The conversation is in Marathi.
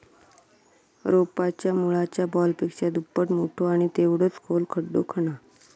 रोपाच्या मुळाच्या बॉलपेक्षा दुप्पट मोठो आणि तेवढोच खोल खड्डो खणा